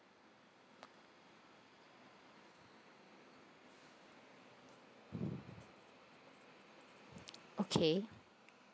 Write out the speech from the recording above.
okay